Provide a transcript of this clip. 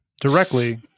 directly